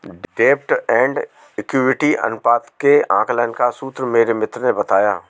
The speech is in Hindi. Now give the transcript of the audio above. डेब्ट एंड इक्विटी अनुपात के आकलन का सूत्र मेरे मित्र ने बताया